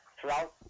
throughout